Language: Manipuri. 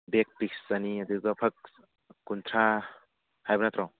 ꯕꯦꯛ ꯄꯤꯁ ꯆꯅꯤ ꯑꯗꯨꯒ ꯐꯛ ꯀꯨꯟꯊ꯭ꯔꯥ ꯍꯥꯏꯕ ꯅꯠꯇ꯭ꯔꯣ